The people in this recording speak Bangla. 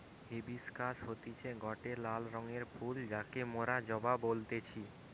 হিবিশকাস হতিছে গটে লাল রঙের ফুল যাকে মোরা জবা বলতেছি